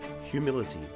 Humility